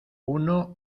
uno